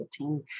2018